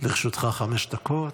לרשותך חמש דקות,